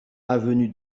avenue